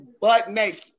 butt-naked